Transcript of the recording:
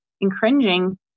encroaching